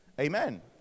Amen